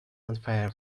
unfair